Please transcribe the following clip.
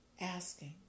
asking